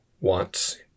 wants